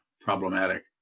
problematic